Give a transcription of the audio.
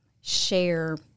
share